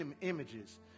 images